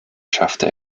schaffte